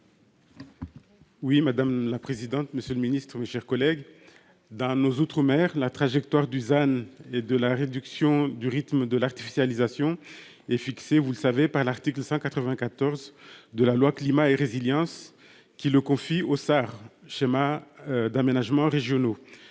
Oui madame la présidente. Monsieur le Ministre, mes chers collègues, dans nos outre-mer la trajectoire Dusan et de la réduction du rythme de l'artificialisation est fixé, vous le savez par l'article 194 de la loi climat et résilience qui le confie Auxerre schéma. D'aménagement régionaux.